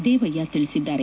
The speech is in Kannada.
ದೇವಯ್ಯ ತಿಳಿಸಿದ್ದಾರೆ